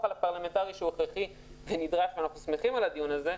הפרלמנטרי שהוא הכרחי ונדרש ואנחנו שמחים על הדיון הזה.